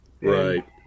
right